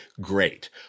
great